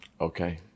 Okay